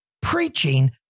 preaching